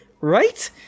Right